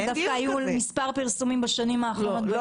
דווקא בשנים האחרונות היו מספר פרסומים.